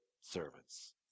servants